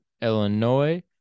Illinois